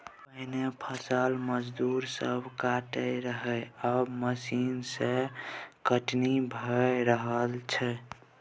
पहिने फसल मजदूर सब काटय रहय आब मशीन सँ कटनी भए रहल छै